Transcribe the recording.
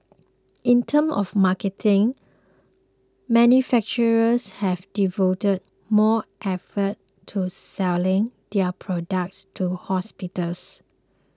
in terms of marketing manufacturers have devoted more effort to selling their products to hospitals